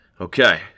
okay